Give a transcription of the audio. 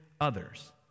others